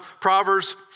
Proverbs